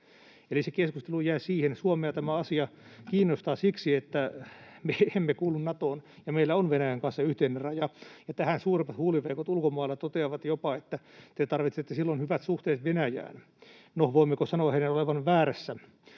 keskustelu jää siihen. Suomea tämä asia kiinnostaa siksi, että me emme kuulu Natoon ja meillä on Venäjän kanssa yhteinen raja, ja tähän suurimmat huuliveikot ulkomailla toteavat jopa, että te tarvitsette silloin hyvät suhteet Venäjään. No, voimmeko sanoa heidän olevan väärässä?